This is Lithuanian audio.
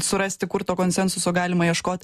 surasti kur to konsensuso galima ieškot